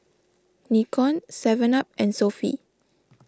Nikon Seven Up and Sofy